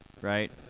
right